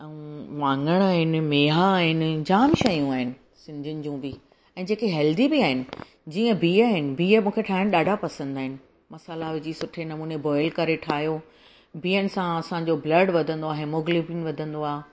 ऐं वाङण आहिनि मेहा आहिनि जामु शयूं आहिनि सिंधियुनि जूं बि ऐं जेके हेल्दी बि आहिनि जीअं बिह आहिनि बिह मूंखे ठाहिणु ॾाढा पसंदि आहिनि मसाल्हा विझी सुठे नमूने बॉइल करे ठाहियो बिहनि सां असांजो ब्लड वधंदो आहे हिमोग्लोबीन वधंदो आहे